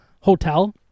hotel